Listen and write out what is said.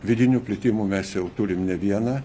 vidinių plitimų mes jau turim ne vieną